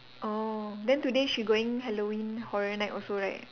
orh then today she going halloween horror night also right